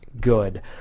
good